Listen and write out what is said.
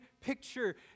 picture